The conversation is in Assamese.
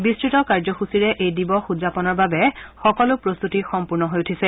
বিস্তত কাৰ্যসূচীৰে এই দিৱস উদযাপনৰ বাবে সকলো প্ৰস্তুতি সম্পূৰ্ণ হৈ উঠিছে